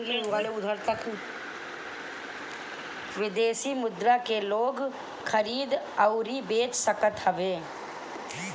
विदेशी मुद्रा के लोग खरीद अउरी बेच सकत हवे